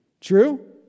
True